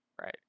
right